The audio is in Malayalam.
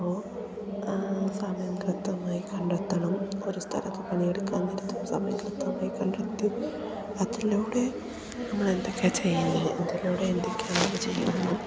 അപ്പോൾ സമയം കൃത്യമായി കണ്ടെത്തണം ഒരു സ്ഥലത്ത് പണിയെടുക്കാൻ നേരത്ത് സമയം കൃത്യമായി കണ്ടെത്തി അതിലൂടെ നമ്മളെന്തൊക്കെയാണ് ചെയ്യുന്നത് ഇതിലൂടെ എന്തൊക്കെയാണ് ചെയ്യുന്നത്